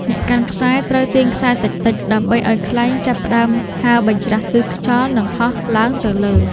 អ្នកកាន់ខ្សែត្រូវទាញខ្សែតិចៗ ដើម្បីឱ្យខ្លែងចាប់ផ្ដើមហើរបញ្ច្រាសទិសខ្យល់ និងហោះឡើងទៅលើ។